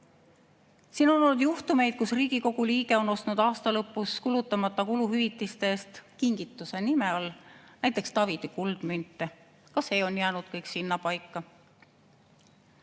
Siin on olnud juhtumeid, kus Riigikogu liige on ostnud aasta lõpus kulutamata kuluhüvitiste eest kingituse nime all näiteks Tavidi kuldmünte. Ka see on jäänud kõik sinnapaika.